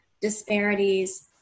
disparities